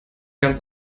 ganz